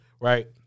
right